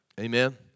Amen